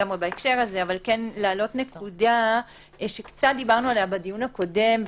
להעלות נקודה שדיברנו עליה קצת בדיון הקודם.